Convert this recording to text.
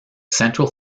central